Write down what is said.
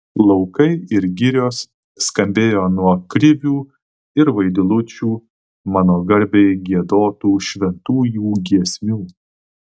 laukai ir girios skambėjo nuo krivių ir vaidilučių mano garbei giedotų šventųjų giesmių